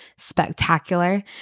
spectacular